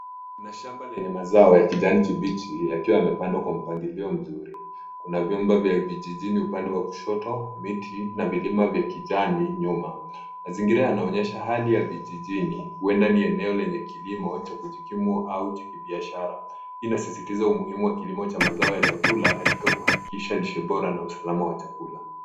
Kuna shamba lenye mazao ya kijani kibichi yakiwa yamepandwa kwa mpangilio mzuri. Kuna vyumba vya vijijini upande wa kushoto, miti na vilima vya kijani nyuma. Mazingira yanaonyesha hali ya vijijini, huenda ni eneo lenye kilimo cha kujikimu au kibiashara. Hii inasisitiza umuhimu wa kilimo cha mazao ya chakula katika kuhakikisha lishe bora na usalama wa chakula.